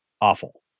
awful